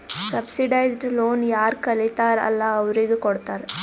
subsidised loan ಯಾರ್ ಕಲಿತಾರ್ ಅಲ್ಲಾ ಅವ್ರಿಗ ಕೊಡ್ತಾರ್